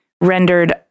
rendered